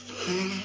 हह